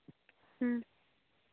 ᱦᱮᱸ